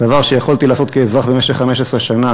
דבר שיכולתי לעשות כאזרח במשך 15 שנה,